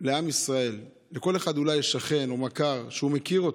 לעם ישראל: לכל אחד יש שכן או מכר שהוא מכיר אותו.